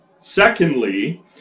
Secondly